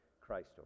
Christ